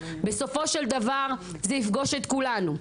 בסופו של דבר זה יפגוש את כולנו,